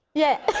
yeah.